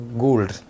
gold